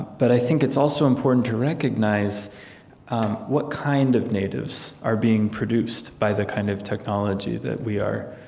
but i think it's also important to recognize what kind of natives are being produced by the kind of technology that we are,